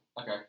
Okay